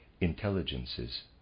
intelligences